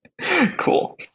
Cool